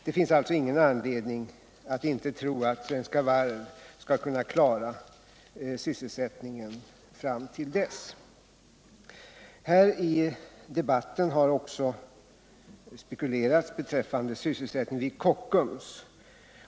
Det finns alltså ingen anledning tro att inte Svenska Varv skall kunna klara sysselsättningen fram till dess. I denna debatt har också spekulerats över sysselsättningen vid Kockums.